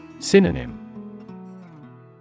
Synonym